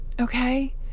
Okay